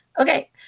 Okay